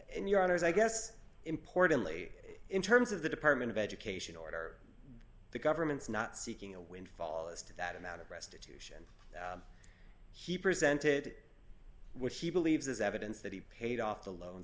and your honor as i guess importantly in terms of the department of education order the government's not seeking a windfall as to that amount of restitution he presented which he believes is evidence that he paid off the loan